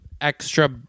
extra